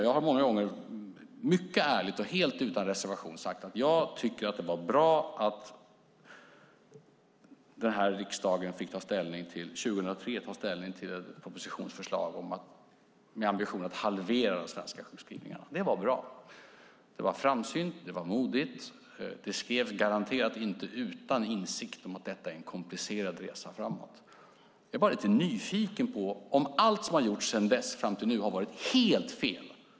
Jag har många gånger mycket ärligt och helt utan reservation sagt att jag tycker att det var bra att riksdagen 2003 fick ta ställning till ett propositionsförslag med ambitionen att halvera de svenska sjukskrivningarna. Det var bra, det var framsynt och det var modigt. Det skrevs garanterat inte utan insikt om att detta är en komplicerad resa framåt. Jag är bara lite nyfiken på om allt som har gjorts sedan dess fram tills nu har varit helt fel.